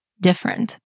different